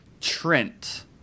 Trent